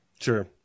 Sure